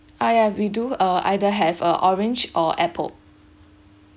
ah yeah we do uh either have uh orange or apple